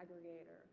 aggregator,